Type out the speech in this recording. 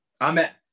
Amen